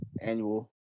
annual